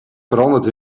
veranderd